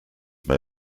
may